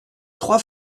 trois